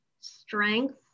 strength